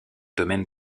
domaine